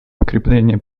укрепления